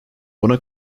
buna